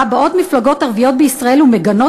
ה"חיזבאללה" באות מפלגות ערביות בישראל ומגנות